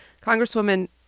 Congresswoman